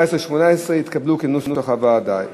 17 ו-18 התקבלו כנוסח הוועדה,